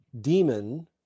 demon